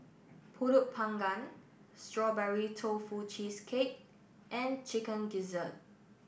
Pulut panggang Strawberry Tofu Cheesecake and Chicken Gizzard